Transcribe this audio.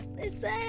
listen